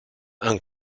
and